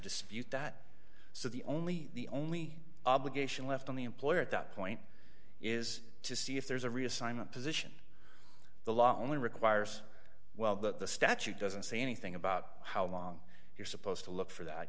dispute that so the only the only obligation left on the employer at that point is to see if there's a reassignment position the law only requires well that the statute doesn't say anything about how long you're supposed to look for that